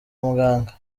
muganga